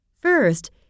First